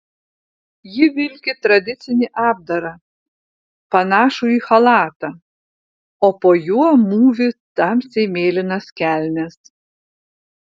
ji vilki tradicinį apdarą panašų į chalatą o po juo mūvi tamsiai mėlynas kelnes